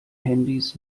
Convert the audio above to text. handys